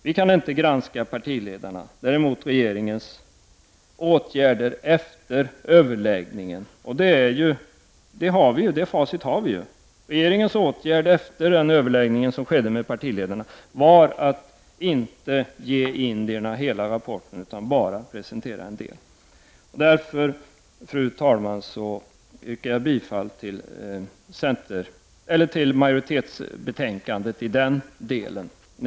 Vi kan inte granska partiledarna, men vi kan däremot granska regeringens åtgärder efter överläggningen, och vi har ju facit i fråga om detta. Regeringens åtgärd efter den överläggning som skedde med partiledarna var att inte ge indierna hela rapporten utan bara presentera en del av den. Fru talman! Jag yrkar därmed bifall till hemställan i betänkandet i denna del.